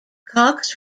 cox